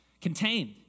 contained